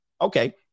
Okay